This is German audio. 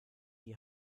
die